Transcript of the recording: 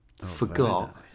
forgot